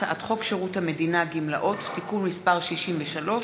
הצעת חוק שירות המדינה (גמלאות) (תיקון מס' 63),